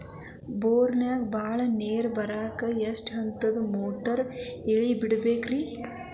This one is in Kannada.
ಬೋರಿನಾಗ ಬಹಳ ನೇರು ಬರಾಕ ಎಷ್ಟು ಹಂತದ ಮೋಟಾರ್ ಇಳೆ ಬಿಡಬೇಕು ರಿ?